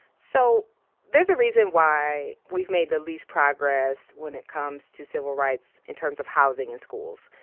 so there's a reason why we've made the least progress when it comes to civil rights in terms of housing and schools.